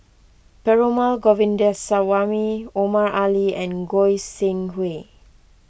Perumal Govindaswamy Omar Ali and Goi Seng Hui